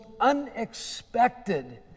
unexpected